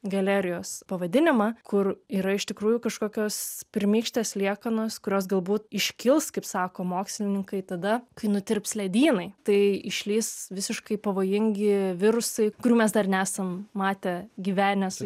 galerijos pavadinimą kur yra iš tikrųjų kažkokios pirmykštės liekanos kurios galbūt iškils kaip sako mokslininkai tada kai nutirps ledynai tai išlįs visiškai pavojingi virusai kurių mes dar nesam matę gyvenę su